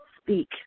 Speak